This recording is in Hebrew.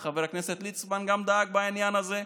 וגם חבר הכנסת ליצמן בעד בעניין הזה.